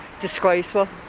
disgraceful